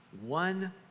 One